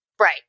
Right